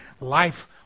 life